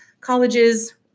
Colleges